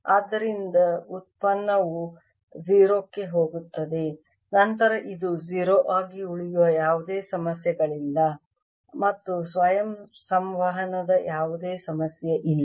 ಆದ್ದರಿಂದ ಉತ್ಪನ್ನವು 0 ಕ್ಕೆ ಹೋಗುತ್ತದೆ ನಂತರ ಇದು 0 ಆಗಿ ಉಳಿಯುವ ಯಾವುದೇ ಸಮಸ್ಯೆಗಳಿಲ್ಲ ಮತ್ತು ಸ್ವಯಂ ಸಂವಹನದ ಯಾವುದೇ ಸಮಸ್ಯೆ ಇಲ್ಲ